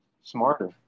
smarter